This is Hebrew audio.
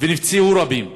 ונפצעו רבים.